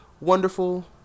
wonderful